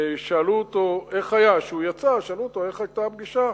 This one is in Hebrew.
וכשהוא יצא שאלו אותו איך היתה הפגישה,